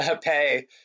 pay